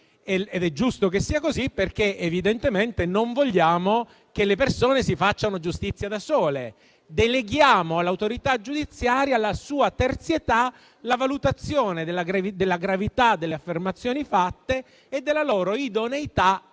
ed è giusto che sia così, perché evidentemente non vogliamo che le persone si facciano giustizia da sole. Deleghiamo all'autorità giudiziaria e alla sua terzietà la valutazione della gravità delle affermazioni fatte e della loro idoneità a